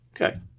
Okay